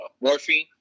morphine